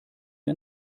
wir